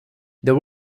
there